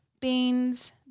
beans